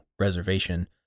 Reservation